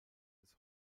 bis